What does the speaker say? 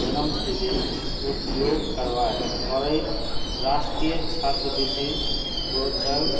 जन्मतिथि उपयोग करबा करैत राष्ट्रिय छात्रवृति पोर्टल